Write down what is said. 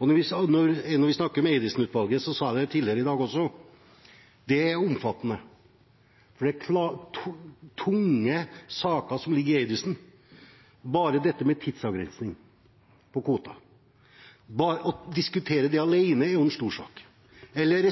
Når vi snakker om Eidesen-utvalget, sa jeg tidligere i dag også at det er omfattende, for det er tunge saker som ligger i Eidesen-utvalget: Bare dette med tidsavgrensning for kvoter – å diskutere det alene er en stor sak. Eller